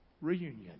reunion